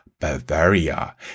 Bavaria